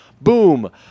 Boom